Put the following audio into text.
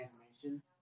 animation